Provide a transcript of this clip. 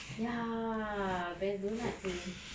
ya best donuts seh